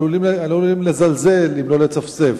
עלולים לזלזל אם לא לצפצף.